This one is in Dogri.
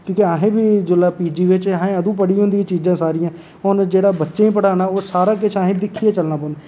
क्योंकि असें बी जेल्लै पीजी बिच असें आपूं पढ़ी दियां होंदियां चीज़ां सारियां हून जेह्का बच्चें गी पढ़ाना ओह् सारा किश असें दिक्खियै चलना पौंदा